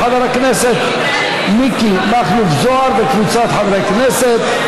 של חבר הכנסת מיקי מכלוף זוהר וקבוצת חברי הכנסת.